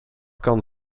kan